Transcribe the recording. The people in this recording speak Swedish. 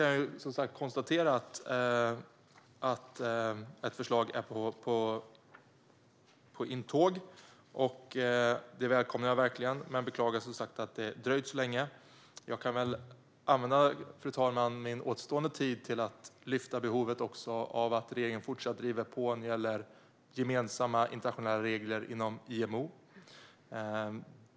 Jag kan konstatera att ett förslag är på ingång. Jag välkomnar verkligen det men beklagar som sagt att det har dröjt så länge. Jag kan använda min återstående tid till att lyfta upp behovet av att regeringen också fortsätter att driva på när det gäller gemensamma internationella regler inom IMO.